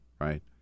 right